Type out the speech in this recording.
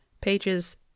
pages